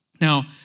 Now